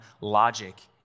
logic